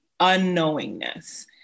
unknowingness